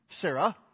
Sarah